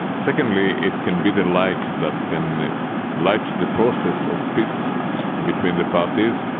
secondly, it can be the light that can light the process of peace between the parties,